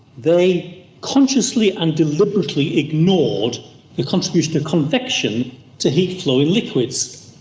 they consciously and deliberately ignored the contribution of convection to heat flow in liquids.